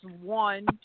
one